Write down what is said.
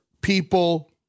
people